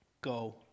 Go